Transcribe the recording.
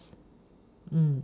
mm